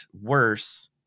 worse